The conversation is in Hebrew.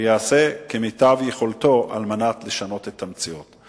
ויעשה כמיטב יכולתו על מנת לשנות את המציאות.